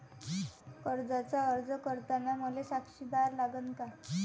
कर्जाचा अर्ज करताना मले साक्षीदार लागन का?